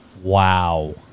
Wow